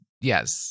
Yes